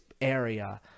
area